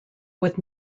with